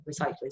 recyclers